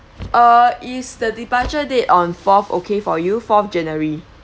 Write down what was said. uh is the departure date on fourth okay for you from january